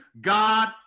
god